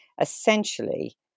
Essentially